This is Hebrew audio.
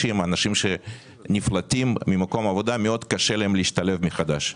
50 - אנשים שנפלטים ממקום עבודה מאוד קשה להם להשתלב מחדש.